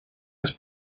his